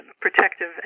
protective